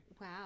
wow